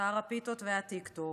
שר הפיתות והטיקטוק